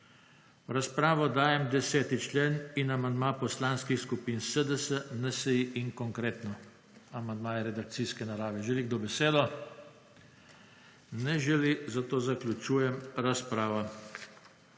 V razpravo dajem 10. člen in amandma Poslanskih skupin SDS, NSi in Konkretno. Amandam je redakcijske narave. Želi kdo besedo? Ne želi. Zato zaključujem razpravo.